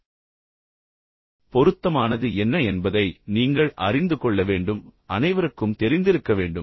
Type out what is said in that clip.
அதாவது நீங்கள் அதை நியாயமாகப் பயன்படுத்த வேண்டும் பொருத்தமானது என்ன என்பதை நீங்கள் அறிந்து கொள்ள வேண்டும் மற்றும் அனைவருக்கும் தெரிந்திருக்க வேண்டும்